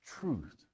truth